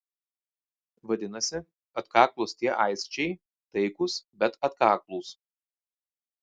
vadinasi atkaklūs tie aisčiai taikūs bet atkaklūs